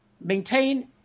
maintain